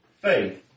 Faith